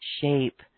shape